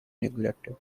neglected